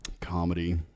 comedy